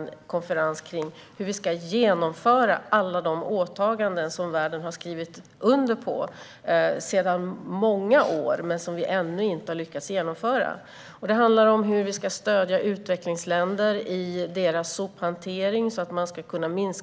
en konferens om hur vi ska genomföra alla de åtaganden som världen har skrivit under sedan många år tillbaka. Vi har dock ännu inte lyckats genomföra dem. Det handlar om hur vi ska stödja utvecklingsländer i deras sophantering så att mängden plastskräp minskar.